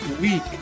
week